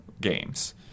games